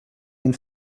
den